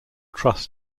truss